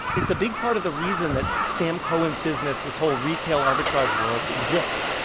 it's a big part of the reason that sam cohen's business, this whole retail arbitrage world, exists.